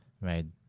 made